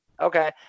okay